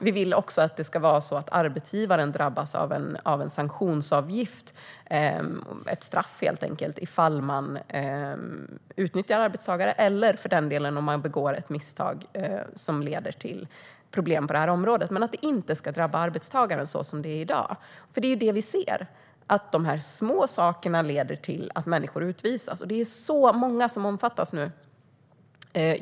Vi vill också att den arbetsgivare som utnyttjar arbetstagare eller som begår ett misstag som leder till problem på detta område ska drabbas av en sanktionsavgift, ett straff helt enkelt. Men detta ska inte drabba arbetstagaren som i dag. Det är nämligen det som vi ser, alltså att dessa små saker leder till att människor utvisas. Det är så många som nu omfattas.